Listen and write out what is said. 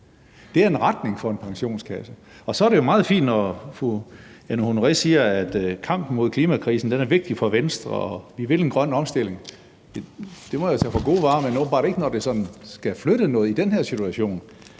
Det er en retning for en pensionskasse. Og så er det meget fint, at fru Anne Honoré Østergaard siger, at kampen mod klimakrisen er vigtig for Venstre og man vil den grønne omstilling. Det må jeg tage for gode varer, men åbenbart ikke, når det sådan skal flytte noget i den her situation.